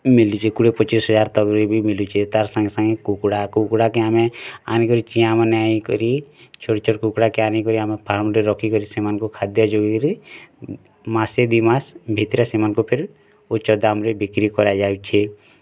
ମିଳିଛି କୋଡ଼ିଏ୍ ପଚିଶି ତକ ରେ ବି ମିଳିଛି ତାର୍ ସାଙ୍ଗେ ସାଙ୍ଗେ କୁକୁଡ଼ା କୁକୁଡ଼ା କେ ଆମେ ଆଣିକରି ଚିଂଆଁ ବନେଇ କରି ଛୋଟ ଛୋଟ କୁକୁଡ଼ା କେ ଆନିକରି ଆମେ ଫାର୍ମଟେ ରଖିକରି ସେମାନଙ୍କୁ ଖାଦ୍ୟ ଯୋଗେଇ କରି ମାସେ ଦୁଇ ମାସ ଭିତରେ ସେମାନଙ୍କୁ ଫିର ଉଚ୍ଚ ଦାମ୍ ରେ ବିକ୍ରି କରାଯାଉଛି